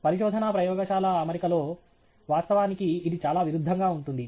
పరిశోధనా ప్రయోగశాల అమరికలో వాస్తవానికి ఇది చాలా విరుద్ధంగా ఉంటుంది